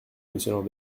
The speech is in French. monsieur